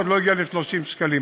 עוד לא הגיע ל-30 שקלים.